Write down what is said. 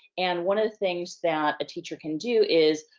and, one of the things that a teacher can do is,